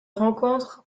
rencontre